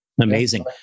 amazing